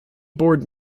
board